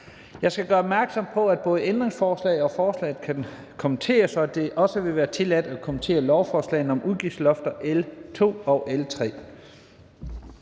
Jeg skal gøre opmærksom på, at både ændringsforslag og forslag kan kommenteres, og at det også vil være tilladt at kommentere lovforslagene om udgiftslofter, L 2 og L 3.